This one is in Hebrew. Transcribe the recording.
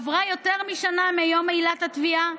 עברה שנה מיום עילת התביעה?